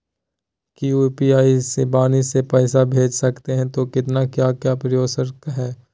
क्या यू.पी.आई से वाणी से पैसा भेज सकते हैं तो कितना क्या क्या प्रोसेस हो सकता है?